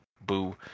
boo